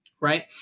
Right